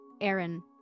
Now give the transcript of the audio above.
Aaron